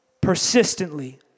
persistently